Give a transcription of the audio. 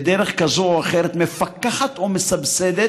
בדרך כזו או אחרת, מפקחת או מסבסדת